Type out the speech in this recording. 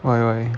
why why